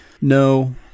No